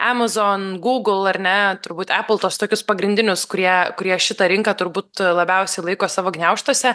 amazon google ar ne turbūt aple tuos tokius pagrindinius kurie kurie šitą rinką turbūt labiausiai laiko savo gniaužtuose